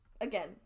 Again